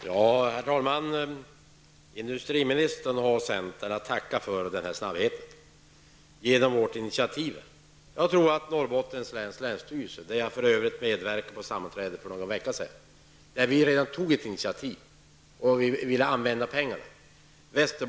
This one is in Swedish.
Herr talman! Industriministern har centern att tacka för denna snabbhet. Den beror nämligen på vårt initiativ. Norrbottens läns länsstyrelse, där jag för övrigt medverkade i ett sammanträde för någon vecka sedan, har redan tagit ett initiativ. Vi ville använda pengarna.